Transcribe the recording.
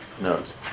notes